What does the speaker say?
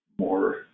more